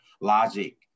logic